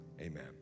amen